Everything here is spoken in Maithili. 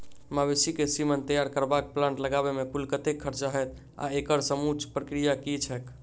मवेसी केँ सीमन तैयार करबाक प्लांट लगाबै मे कुल कतेक खर्चा हएत आ एकड़ समूचा प्रक्रिया की छैक?